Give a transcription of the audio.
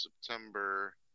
September